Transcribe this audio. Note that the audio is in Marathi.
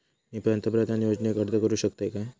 मी पंतप्रधान योजनेक अर्ज करू शकतय काय?